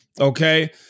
Okay